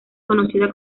conocida